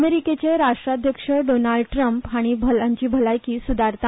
अमेरिकेचे राष्ट्राध्यक्ष Donald Trump हांची भलायकी सुदारता